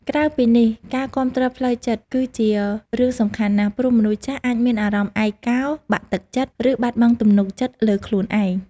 ក្រៅពីនេះ ការគាំទ្រផ្លូវចិត្ត គឺជារឿងសំខាន់ណាស់ ព្រោះមនុស្សចាស់អាចមានអារម្មណ៍ឯកោ បាក់ទឹកចិត្ត ឬបាត់បង់ទំនុកចិត្តលើខ្លួនឯង។